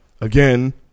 Again